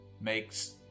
makes